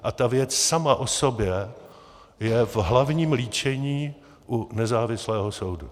A ta věc sama o sobě je v hlavním líčení u nezávislého soudu.